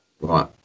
right